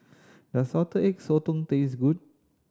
does Salted Egg Sotong taste good